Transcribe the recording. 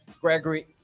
Gregory